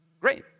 Great